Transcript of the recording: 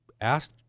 asked